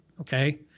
Okay